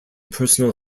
personal